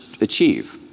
achieve